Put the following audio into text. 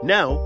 Now